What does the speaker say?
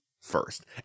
first